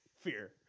Fear